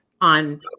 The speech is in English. on